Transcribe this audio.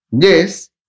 Yes